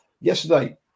yesterday